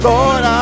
Lord